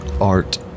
art